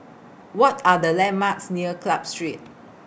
What Are The landmarks near Club Street